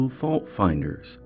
fault-finders